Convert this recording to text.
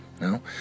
no